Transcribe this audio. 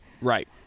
right